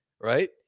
Right